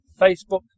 Facebook